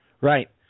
Right